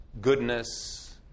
goodness